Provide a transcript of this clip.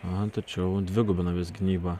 na tačiau dvigubina gynybą